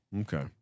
Okay